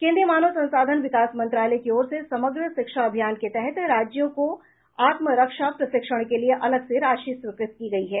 केन्द्रीय मानव संसाधन विकास मंत्रालय की ओर से समग्र शिक्षा अभियान के तहत राज्यों को आत्मरक्षा प्रशिक्षण के लिए अलग से राशि स्वीकृत की गयी है